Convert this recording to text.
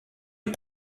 est